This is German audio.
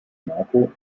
marco